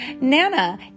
nana